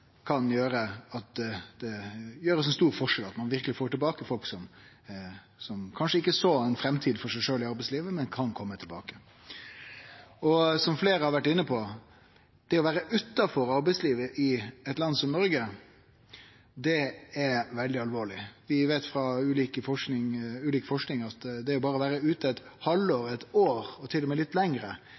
kan gjere ein stor forskjell, slik at vi verkeleg kan få folk som kanskje ikkje såg for seg ei framtid i arbeidslivet, til å kome tilbake. Som fleire har vore inne på, er det å vere utanfor arbeidslivet i eit land som Noreg veldig alvorleg. Vi veit frå ulik forsking at berre det å vere ute eit halvt år,